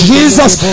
Jesus